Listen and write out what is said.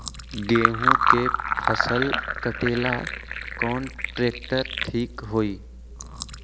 गेहूं के फसल कटेला कौन ट्रैक्टर ठीक होई?